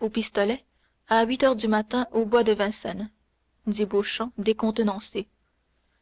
au pistolet à huit heures du matin au bois de vincennes dit beauchamp décontenancé